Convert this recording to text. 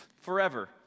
forever